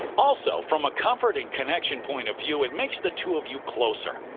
also from a comfort and connection point of view, it makes the two of you closer.